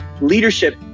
leadership